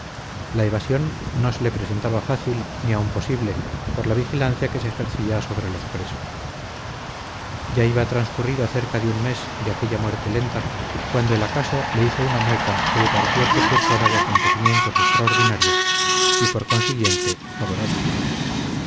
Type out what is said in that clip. la evasión no se le presentaba fácil ni aun posible por la vigilancia que se ejercía sobre los presos ya iba transcurrido cerca de un mes de aquella muerte lenta cuando el acaso le hizo una mueca que le pareció precursora de acontecimientos extraordinarios y por consiguiente favorables